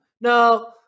no